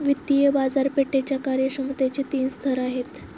वित्तीय बाजारपेठेच्या कार्यक्षमतेचे तीन स्तर आहेत